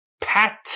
Pat